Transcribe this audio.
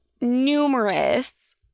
numerous